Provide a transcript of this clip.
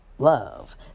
Love